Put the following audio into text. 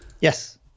Yes